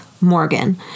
Morgan